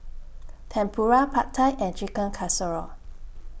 Tempura Pad Thai and Chicken Casserole